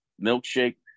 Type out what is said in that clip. milkshake